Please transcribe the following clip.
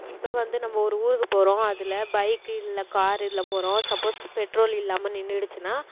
இப்போ வந்து நம்ம ஒரு ஊருக்கு போகிறோம் அதில் பைக் இல்லை காரில் போகிறோம் சப்போஸ் பெட்ரோல் இல்லாமல் நின்னுடுச்சுனா